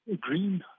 green